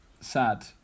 sad